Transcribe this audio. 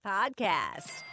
Podcast